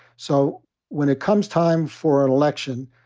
so when it comes time for an election,